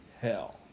hell